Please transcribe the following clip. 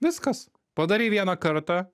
viskas padarei vieną kartą